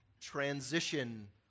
transition